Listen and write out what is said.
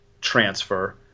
transfer